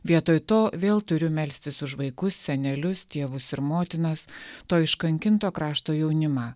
vietoj to vėl turiu melstis už vaikus senelius tėvus ir motinas to iškankinto krašto jaunimą